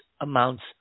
amounts